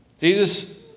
Jesus